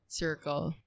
circle